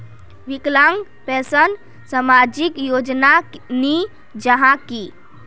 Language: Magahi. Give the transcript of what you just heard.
विकलांग पेंशन सामाजिक योजना नी जाहा की?